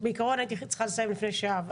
בעיקרון הייתי צריכה לסיים לפני שעה.